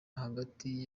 hagati